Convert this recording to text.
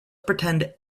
pretend